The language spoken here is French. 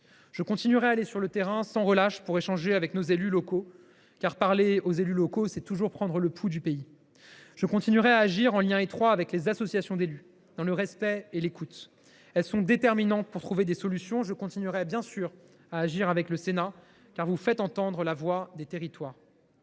Je continuerai à aller sur le terrain sans relâche pour échanger avec nos élus locaux, car parler aux élus locaux, c’est toujours prendre le pouls du pays. Je continuerai à agir en lien étroit avec les associations d’élus, dans le respect et l’écoute, car elles sont déterminantes pour trouver des solutions. Je continuerai évidemment à agir avec le Sénat, car vous faites entendre la voix des territoires.